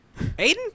aiden